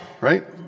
right